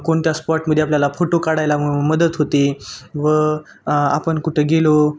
कोणत्या स्पॉटमध्ये आपल्याला फोटो काढायला मदत होते व आपण कुठं गेलो